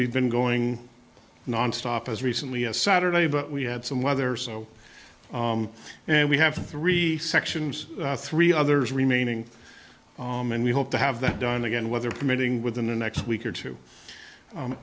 we've been going nonstop as recently as saturday but we had some weather so and we have three sections three others remaining and we hope to have that done again weather permitting within the next week or two